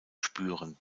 spüren